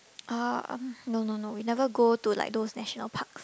uh um no no no we never go to like those national parks